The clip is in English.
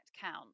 count